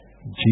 Jesus